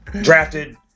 drafted